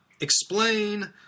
explain